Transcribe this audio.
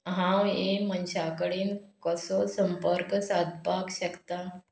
हांव हे मनशा कडेन कसो संपर्क सादपाक शकतां